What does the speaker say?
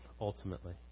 Ultimately